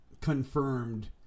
confirmed